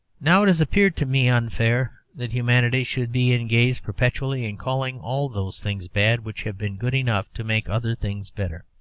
now it has appeared to me unfair that humanity should be engaged perpetually in calling all those things bad which have been good enough to make other things better,